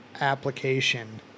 application